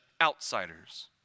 outsiders